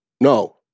no